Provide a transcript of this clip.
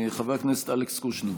חבר הכנסת אלכס קושניר.